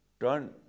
turn